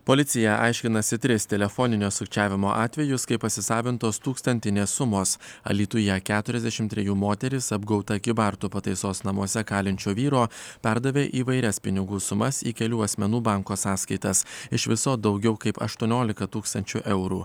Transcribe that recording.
policija aiškinasi tris telefoninio sukčiavimo atvejus kai pasisavintos tūkstantinės sumos alytuje keturiasdešim trejų moteris apgauta kybartų pataisos namuose kalinčio vyro perdavė įvairias pinigų sumas į kelių asmenų banko sąskaitas iš viso daugiau kaip aštuoniolika tūkstančių eurų